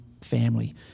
family